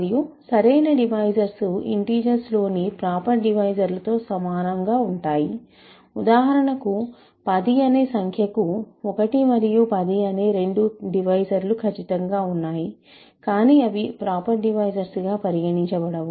మరియు proper divisors integers లోని proper divisor లతో సమానంగా ఉంటాయి ఉదాహరణకు 10 అనే సంఖ్యకు 1 మరియు 10 అనే రెండు డివైజర్లు ఖచ్చితంగా ఉన్నాయి కానీ అవి ప్రాపర్ డివైజర్స్ గా పరిగణించబడవు